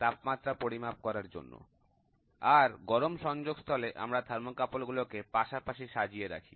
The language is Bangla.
তাপমাত্রা পরিমাপ করার জন্য আর গরম সংযোগস্থলে আমরা থার্মোকাপল গুলোকে পাশাপাশি সাজিয়ে রাখি